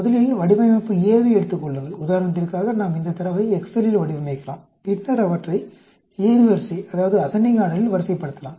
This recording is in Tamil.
முதலில் வடிவமைப்பு A ஐ எடுத்துக் கொள்ளுங்கள் உதாரணத்திற்காக நாம் இந்தத் தரவை எக்செல்லில் வடிவமைக்கலாம் பின்னர் அவற்றை ஏறுவரிசையில் வரிசைப்படுத்தலாம்